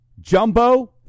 Jumbo